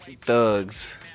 thugs